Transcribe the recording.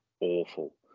awful